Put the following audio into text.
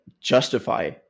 justify